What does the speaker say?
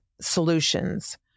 solutions